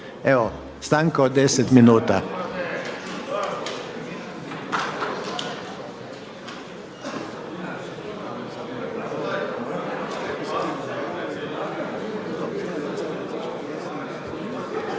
Evo stanka od 10 minuta.